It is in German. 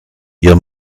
ihr